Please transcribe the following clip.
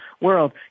world